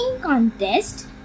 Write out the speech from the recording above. contest